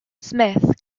smith